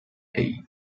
eight